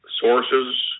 sources